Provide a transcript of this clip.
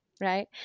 right